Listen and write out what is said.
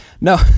No